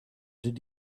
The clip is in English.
did